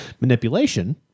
Manipulation